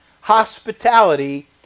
hospitality